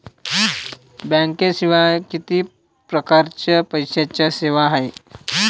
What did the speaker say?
बँकेशिवाय किती परकारच्या पैशांच्या सेवा हाय?